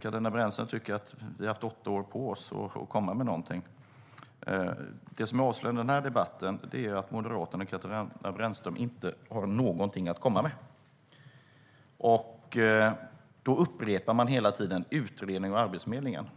Katarina Brännström tycker att vi har haft åtta år på oss att komma med någonting. Det som är avslöjande i den här debatten är att Moderaterna och Katarina Brännström inte har någonting att komma med. I stället upprepar man hela tiden det här med en utredning av Arbetsförmedlingen.